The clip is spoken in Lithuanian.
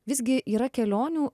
visgi yra kelionių